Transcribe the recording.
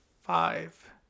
five